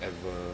ever